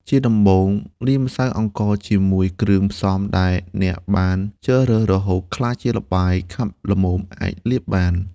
ជាដំបូង លាយម្សៅអង្ករជាមួយគ្រឿងផ្សំដែលអ្នកបានជ្រើសរើស រហូតក្លាយជាល្បាយខាប់ល្មមអាចលាបបាន។